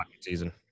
season